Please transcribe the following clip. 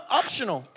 optional